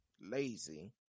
lazy